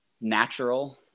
natural